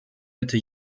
mitte